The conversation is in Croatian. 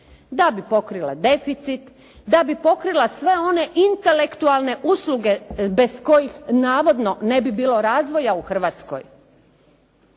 da bi pokrila deficit, da bi pokrila sve one intelektualne usluge bez kojih navodno ne bi bilo razvoja u Hrvatskoj.